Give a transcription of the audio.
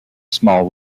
small